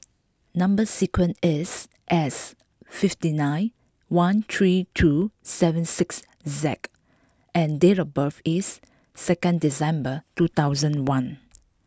number sequence is S fifty nine one three two seven six Z and date of birth is second December two thousand one